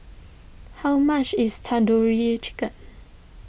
how much is Tandoori Chicken